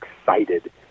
excited